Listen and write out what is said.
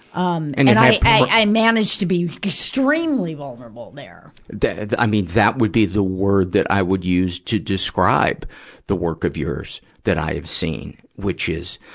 um and and i i managed to be extremely vulnerable there. that, i mean, that would be the word that i would use to describe the work of yours that i have seen, which is,